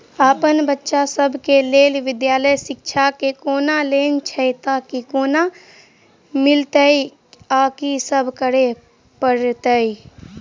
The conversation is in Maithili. अप्पन बच्चा सब केँ लैल विधालय शिक्षा केँ कोनों लोन छैय तऽ कोना मिलतय आ की सब करै पड़तय